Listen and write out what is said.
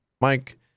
mike